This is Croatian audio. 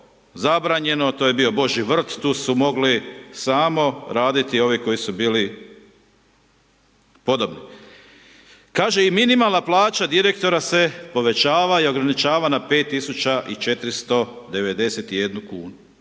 to je bio Božji vrt, tu su mogli samo raditi samo ovi koji su bili podobni. Kaže i minimalna plaća direktora se povećava i ograničava na 5491 kunu.